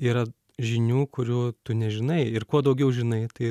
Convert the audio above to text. yra žinių kurių tu nežinai ir kuo daugiau žinai tai